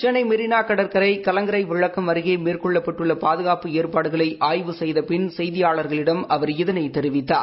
சென்னை மெரினா கடற்கரை கலங்கரை விளக்கம் அருகே மேற்கொள்ளப்பட்டுள்ள பாதுகாப்பு ஏற்பாடுகளை ஆய்வு செய்த பின் செய்தியாளர்களிடம் அவர் இதனைத் தெரிவித்தார்